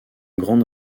grande